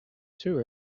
too